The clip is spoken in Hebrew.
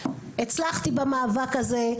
הצלחתי במאבק הזה,